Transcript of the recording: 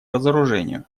разоружению